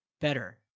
better